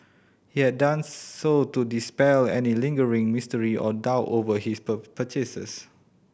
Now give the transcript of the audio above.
he had done so to dispel any lingering mystery or doubt over his per purchases